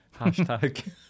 Hashtag